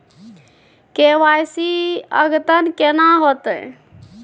KYC अद्यतन केना होतै?